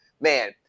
Man